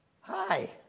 Hi